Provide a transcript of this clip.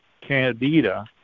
candida